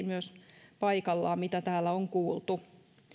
myös paikallaan kaikista näistä väitteistä mitä täällä on kuultu